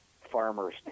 farmer's